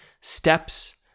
steps